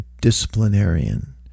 disciplinarian